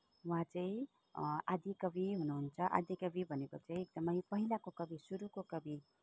उहाँ चाहिँ आदिकवि हुनुहुन्छ आदिकवि भनेको चाहिँ एकदमै पहिलाको कवि सुरुको कवि